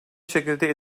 şekilde